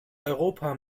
europa